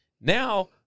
Now